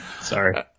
Sorry